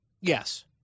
Yes